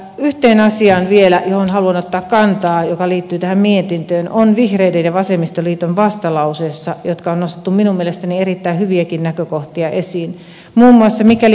yksi asia vielä johon haluan ottaa kantaa joka liittyy tähän mietintöön on vihreiden ja vasemmistoliiton vastalauseessa jossa on nostettu minun mielestäni erittäin hyviäkin näkökohtia esiin